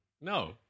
No